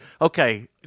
Okay